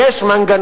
כי יש מנגנונים,